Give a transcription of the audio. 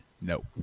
No